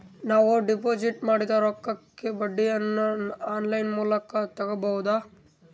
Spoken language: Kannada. ನಾವು ಡಿಪಾಜಿಟ್ ಮಾಡಿದ ರೊಕ್ಕಕ್ಕೆ ಬಡ್ಡಿಯನ್ನ ಆನ್ ಲೈನ್ ಮೂಲಕ ತಗಬಹುದಾ?